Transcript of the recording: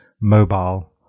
mobile